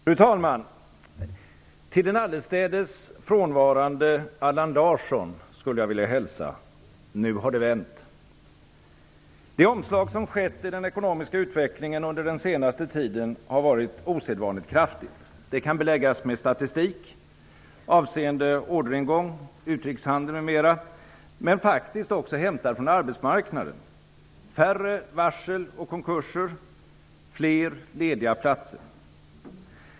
Fru talman! Till den allestädes frånvarande Allan Larsson skulle jag vilja hälsa: Nu har det vänt! Det omslag som skett i den ekonomiska utvecklingen under den senaste tiden har varit osedvanligt kraftigt. Det kan beläggas med statistik avseende orderingång, utrikeshandel m.m., men faktiskt också med statistik hämtad från arbetsmarknaden: färre varsel och konkurser, fler lediga platser.